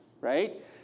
right